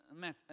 Math